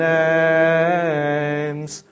names